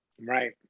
Right